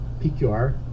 PQR